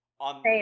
on